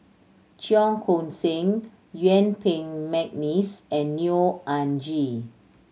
Cheong Koon Seng Yuen Peng McNeice and Neo Anngee